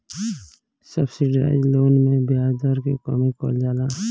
subsidised loan में ब्याज दर के कमी कइल जाला